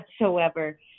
whatsoever